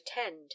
attend